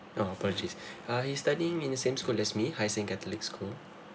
oh apologies uh he's studying in the same school as me hai sing catholic school